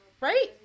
Right